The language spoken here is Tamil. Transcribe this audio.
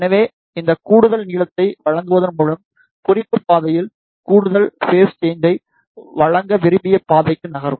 எனவே இந்த கூடுதல் நீளத்தை வழங்குவதன் மூலம் குறிப்பு பாதையில் கூடுதல் பேஸ் சேன்ஜை வழங்க விரும்பிய பாதைக்கு நகரும்